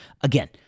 Again